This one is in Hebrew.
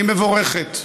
היא מבורכת.